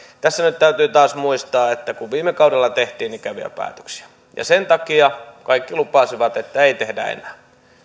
tässä nyt täytyy taas muistaa että viime kaudella tehtiin ikäviä päätöksiä ja sen takia kaikki lupasivat että ei tehdä enää